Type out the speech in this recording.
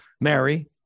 Mary